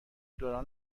دوران